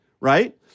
Right